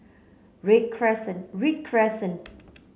Read Crescent Read Crescent